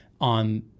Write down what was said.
on